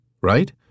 right